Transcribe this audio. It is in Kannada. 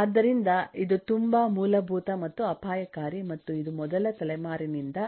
ಆದ್ದರಿಂದಇದು ತುಂಬಾ ಮೂಲಭೂತ ಮತ್ತು ಅಪಾಯಕಾರಿ ಮತ್ತು ಇದು ಮೊದಲ ತಲೆಮಾರಿನಿಂದ